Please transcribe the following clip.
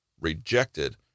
rejected